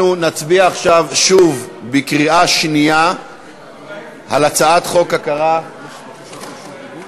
אנחנו נצביע עכשיו שוב בקריאה שנייה על הצעת חוק הכרה סליחה,